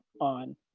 on